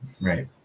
right